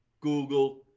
Google